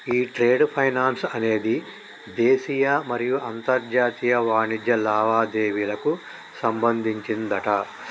ఈ trade finance అనేది దేశీయ మరియు అంతర్జాతీయ వాణిజ్య లావాదేవీలకు సంబంధించిందట